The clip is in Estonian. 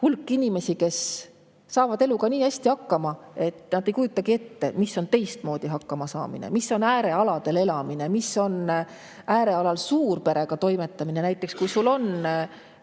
hulk inimesi, kes saavad eluga nii hästi hakkama, et nad ei kujutagi ette, mis on teistmoodi hakkamasaamine: mis on äärealal elamine, äärealal suurperega toimetamine, näiteks kui sul on